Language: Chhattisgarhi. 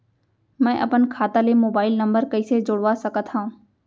मैं अपन खाता ले मोबाइल नम्बर कइसे जोड़वा सकत हव?